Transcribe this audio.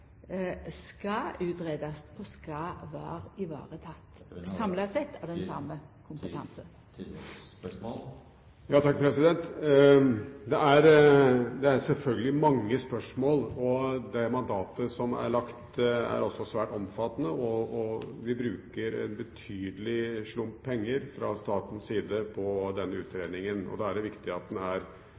skal greiast ut og skal bli varetekne samla sett av den same kompetansen. Det er selvfølgelig mange spørsmål, og det mandatet som er lagt, er også svært omfattende. Vi bruker en betydelig slump penger fra statens side på denne utredningen, og da er det viktig at den er